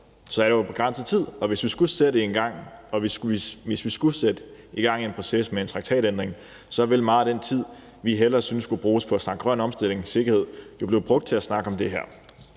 er der begrænset tid, og hvis vi skulle sætte gang i en proces med en traktatændring, ville meget af den tid, vi hellere synes skulle bruges på at snakke grøn omstilling, sikkerhed, blive brugt til at snakke om det her.